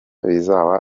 bizaba